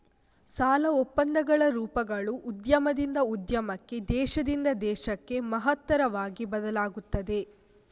ಸಾಲ ಒಪ್ಪಂದಗಳ ರೂಪಗಳು ಉದ್ಯಮದಿಂದ ಉದ್ಯಮಕ್ಕೆ, ದೇಶದಿಂದ ದೇಶಕ್ಕೆ ಮಹತ್ತರವಾಗಿ ಬದಲಾಗುತ್ತವೆ